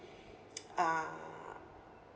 uh